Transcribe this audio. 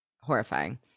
horrifying